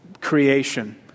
Creation